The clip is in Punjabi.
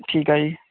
ਠੀਕ ਆ ਜੀ